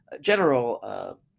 general